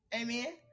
Amen